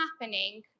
happening